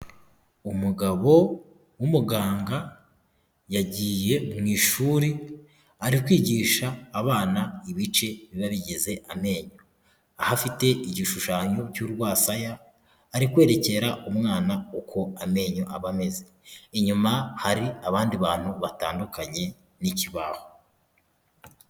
Umugabo w'umuganga yagiye mu ishuri ari kwigisha abana ibice biba bigize amenyo, aho afite igishushanyo cy'urwasaya ari kwerekera umwana uko amenyo aba ameze, inyuma hari abandi bantu batandukanye n'ikibaho.